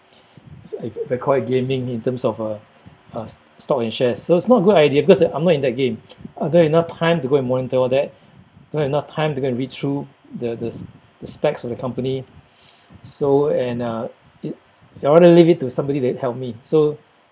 I I call it gaming in terms of uh uh stock and shares so it's not good idea because I'm not in the game I don't have enough time to go and monitor all that don't have enough time to go and read through the the the s~ specs of the company so and uh it I rather leave it to somebody that help me so